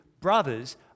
brothers